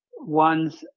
Ones